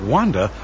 Wanda